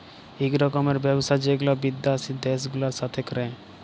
ইক রকমের ব্যবসা যেগুলা বিদ্যাসি দ্যাশ গুলার সাথে ক্যরে